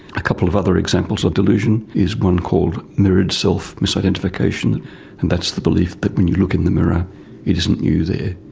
a couple of other examples of delusion is one called mirrored self misidentification and that's the belief that when you look in the mirror it isn't you there,